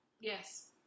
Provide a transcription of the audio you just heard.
Yes